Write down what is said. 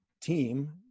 team